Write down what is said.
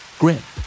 grip